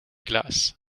classes